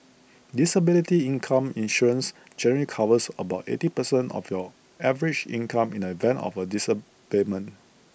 disability income insurance generally covers about eighty percent of your average income in the event of A disablement